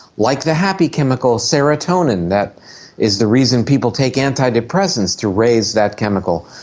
like the happy chemical serotonin that is the reason people take antidepressants, to raise that chemical.